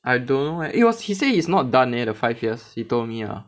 I don't know eh it was he say it's not done leh the five years he told me lah